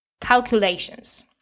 calculations